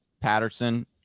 Patterson